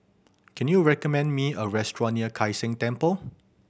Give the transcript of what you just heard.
can you recommend me a restaurant near Kai San Temple